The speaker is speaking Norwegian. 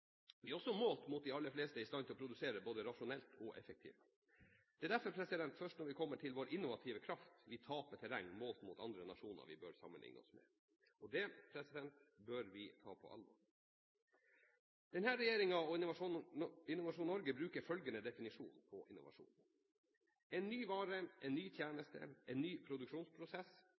Vi er også – målt mot de aller fleste – i stand til å produsere både rasjonelt og effektivt. Det er derfor først når vi kommer til vår innovative kraft at vi taper terreng målt mot andre nasjoner vi bør sammenligne oss med. Det må vi ta på alvor. Denne regjeringen og Innovasjon Norge bruker følgende definisjon på innovasjon: «en ny vare, en ny tjeneste, en ny produksjonsprosess,